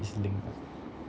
is linked